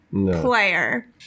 player